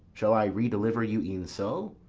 shall i re-deliver you e'en so?